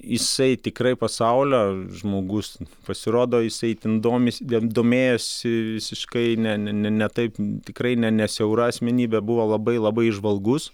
jisai tikrai pasaulio žmogus pasirodo jisai itin domisi vien domėjosi visiškai ne ne taip tikrai ne ne siaura asmenybė buvo labai labai įžvalgus